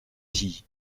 dit